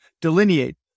delineate